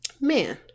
man